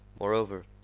moreover,